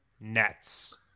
Nets